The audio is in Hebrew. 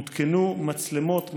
הותקנו מצלמות,